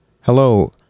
Hello